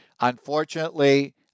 Unfortunately